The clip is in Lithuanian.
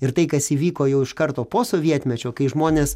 ir tai kas įvyko jau iš karto po sovietmečio kai žmonės